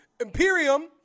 Imperium